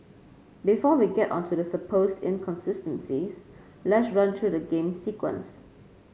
before we get on to the supposed inconsistencies let's run through the game's sequence